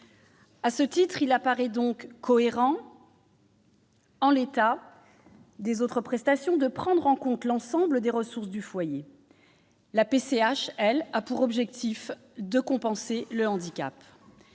À ce titre, il paraît cohérent, en l'état des autres prestations, de prendre en compte l'ensemble des ressources du foyer. Quant à la PCH, elle a pour objectif de compenser le handicap.